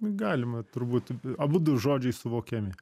galima turbūt abudu žodžiai suvokiami